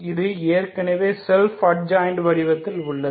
இது ஏற்கனவே self adjoint வடிவத்தில் உள்ளது